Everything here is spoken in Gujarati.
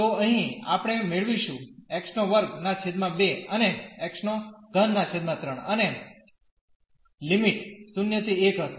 તો અહીં આપણે મેળવીશું x22 અને x33 અને લિમિટ 0 ¿1 હશે